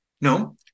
No